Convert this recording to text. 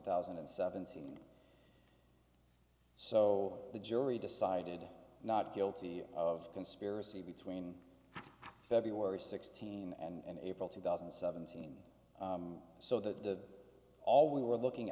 thousand and seventeen so the jury decided not guilty of conspiracy between february th and april two thousand and seventeen so that the all we were looking